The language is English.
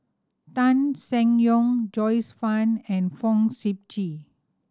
Tan Seng Yong Joyce Fan and Fong Sip Chee